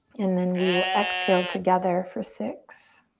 and then we will exhale together for six.